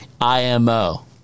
IMO